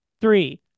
three